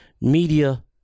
Media